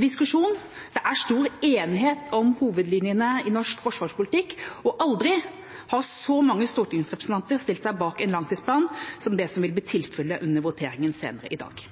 diskusjon. Det er stor enighet om hovedlinjene i norsk forsvarspolitikk, og aldri har så mange stortingsrepresentanter stilt seg bak en langtidsplan som det som vil bli tilfellet under voteringen senere i dag.